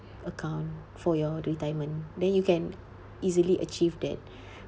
account for your retirement then you can easily achieve that